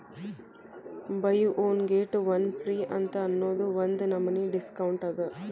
by one get one free ಅಂತ್ ಅನ್ನೂದು ಒಂದ್ ನಮನಿ ಡಿಸ್ಕೌಂಟ್ ಅದ